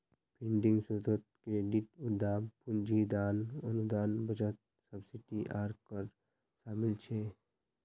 funding स्रोतोत credit, उद्दाम पूंजी, दान, अनुदान, बचत, सब्सिडी आर कर शामिल छे